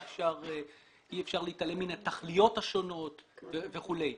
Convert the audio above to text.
אי אפשר להתעלם מן התכליות השונות וכולי.